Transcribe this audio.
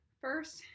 first